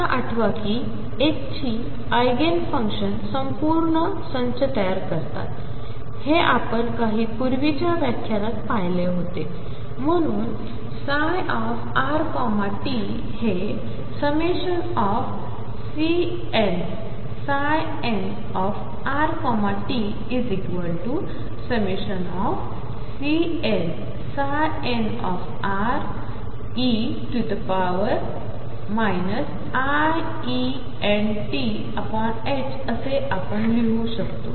आहे आता आठवाकीHचीआयगेनफंक्शन्सपूर्णसंचतयारकरतात हेआपणकाहीपूर्वीच्याव्याख्यानातंपहिलेहोतेआणिम्हणून ψrtहे∑Cnnrt∑Cnnre iEntअसेआपणलिहूशकतो